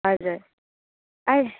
हजुर आएँ